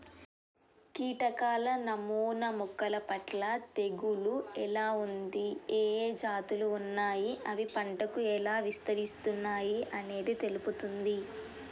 కీటకాల నమూనా మొక్కలపట్ల తెగులు ఎలా ఉంది, ఏఏ జాతులు ఉన్నాయి, అవి పంటకు ఎలా విస్తరిస్తున్నయి అనేది తెలుపుతుంది